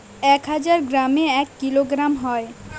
এক হাজার গ্রামে এক কিলোগ্রাম হয়